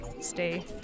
stay